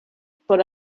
por